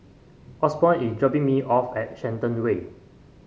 Osborn is dropping me off at Shenton Way